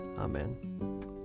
Amen